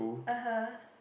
(uh huh)